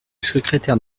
secrétaire